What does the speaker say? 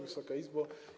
Wysoka Izbo!